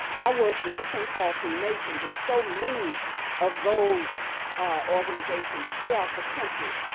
i work with the prince hall freemasons and so many of those organizations throughout the country,